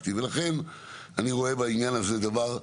לכן אני רואה בזה עניין שאין בו מחלוקת.